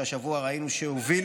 שהשבוע ראינו שהובילו